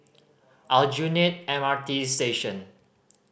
Aljunied M R T Station